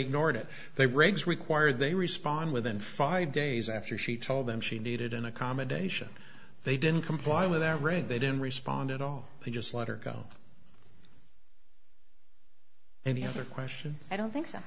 ignored it they regs required they respond within five days after she told them she needed an accommodation they didn't comply with their rent they didn't respond at all they just let her go and the other question i don't think so